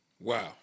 Wow